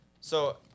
So-